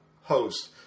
host